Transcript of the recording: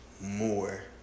more